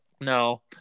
No